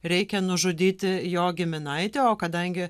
reikia nužudyti jo giminaitį o kadangi